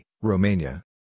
Romania